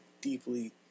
deeply